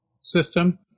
system